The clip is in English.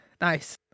Nice